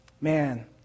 man